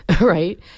right